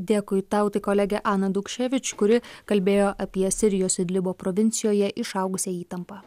dėkui tau tai kolegė ana daukševič kuri kalbėjo apie sirijos idlibo provincijoje išaugusią įtampą